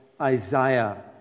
Isaiah